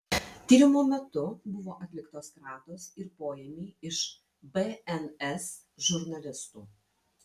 tyrimo metu buvo atliktos kratos ir poėmiai iš bns žurnalistų